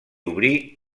obrir